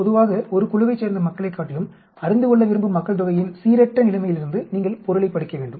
பொதுவாக ஒரு குழுவைச் சேர்ந்த மக்களைக் காட்டிலும் அறிந்துகொள்ள விரும்பும் மக்கள்தொகையின் சீரற்ற நிலைமையிலிருந்து நீங்கள் பொருளைப் படிக்க வேண்டும்